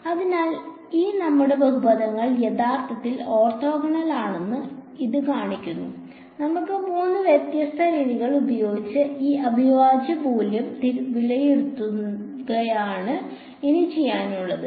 അതിനാൽ ഈ നമ്മുടെ ബഹുപദങ്ങൾ യഥാർത്ഥത്തിൽ ഓർത്തോഗണൽ ആണെന്ന് ഇത് കാണിക്കുന്നു നമുക്ക് മൂന്ന് വ്യത്യസ്ത രീതികൾ ഉപയോഗിച്ച് ഈ അവിഭാജ്യ മൂല്യം വിലയിരുത്തുകയാണ് ഇനി ചെയ്യാനുള്ളത്